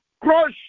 crush